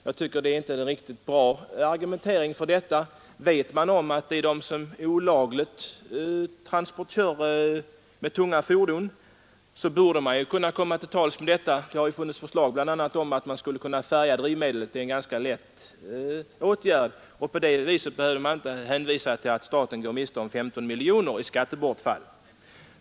Det tycker jag dock inte är någon bra argumentering, ty vet man om att någon kör med tunga fordon utan att betala skatt för bränslet, så borde man väl kunna komma till rätta med den saken på annat sätt. Det har ju bl.a. funnits förslag om att färga drivmedlet. Det är en ganska enkel åtgärd. Då hade man heller inte behövt hänvisa till att staten går miste om 15 miljoner kronor i skattebortfall.